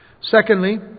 Secondly